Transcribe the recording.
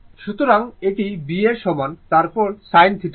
সুতরাং এটি B এর সমান তারপর sin θ